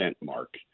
mark